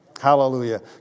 hallelujah